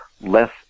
less